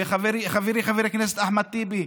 וחברי חבר הכנסת אחמד טיבי,